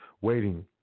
waiting